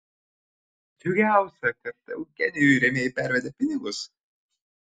džiugiausia kad eugenijui rėmėjai pervedė pinigus